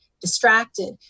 distracted